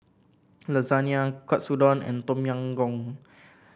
Lasagne Katsudon and Tom Yam Goong